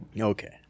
okay